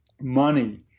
money